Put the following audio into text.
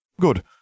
Good